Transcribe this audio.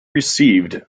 received